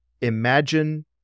imagine